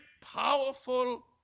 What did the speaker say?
powerful